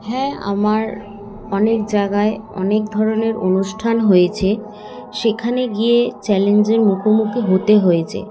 হ্যাঁ আমার অনেক জায়গায় অনেক ধরনের অনুষ্ঠান হয়েছে সেখানে গিয়ে চ্যালেঞ্জের মুখোমুখি হতে হয়েছে